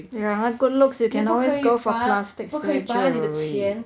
yeah have good looks you can always go for plastic surgery